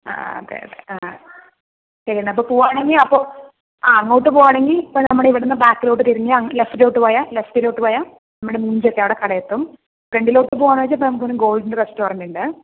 ആ ആ അതെയതെ ആ അപ്പോൾ പോകണമെങ്കിൽ അപ്പോൾ ആ അങ്ങോട്ട് പോകണമെങ്കിൽ ഇപ്പോൾ നമ്മുടെ ഇവിടുന്ന് ബാക്കിലോട്ട് തിരിഞ്ഞ് അങ്ങോട്ട് ലെഫ്റ്റിലോട്ട് പോയാൽ ലെഫ്റ്റിലോട്ട് പോയാൽ നമ്മുടെ മുമ്പിൽ എത്തി അവിടെ കടയെത്തും ഫ്രണ്ടിലോട്ട് പോവാണെന്നു വെച്ച അവിടെ ഗോൾഡ് റസ്റ്റോറന്റ് ഉണ്ട്